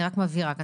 אני רק מבהירה כאן.